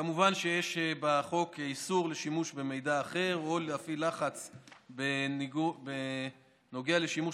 כמובן שיש בחוק איסור לשימוש במידע אחר או להפעיל לחץ בנוגע לשימוש